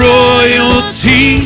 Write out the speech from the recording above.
royalty